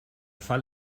fall